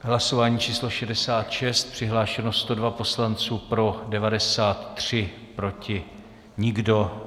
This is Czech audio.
Hlasování číslo 66, přihlášeno 102 poslanců, pro 93, proti nikdo.